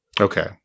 Okay